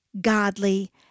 godly